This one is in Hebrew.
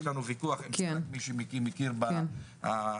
יש לנו ויכוח עם מי שמכיר המל"ג.